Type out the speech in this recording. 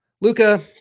Luca